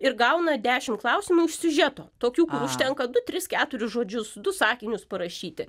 ir gauna dešim klausimų iš siužeto tokių kur užtenka du tris keturius žodžius du sakinius parašyti